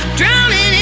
drowning